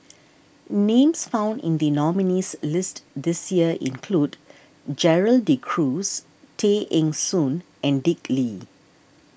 names found in the nominees' list this year include Gerald De Cruz Tay Eng Soon and Dick Lee